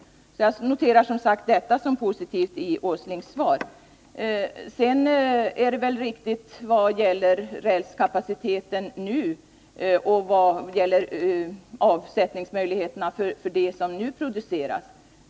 Jag noterar detta som positivt i Nils Åslings svar. Det som Nils Åsling sade om den nuvarande produktionskapaciteten när det gäller räls och om avsättningsmöjligheterna för det som nu produceras är väl riktigt.